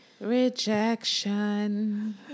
Rejection